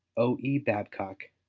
o e. babcock,